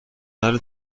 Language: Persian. نره